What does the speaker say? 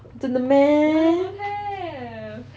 真的 meh